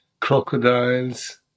crocodiles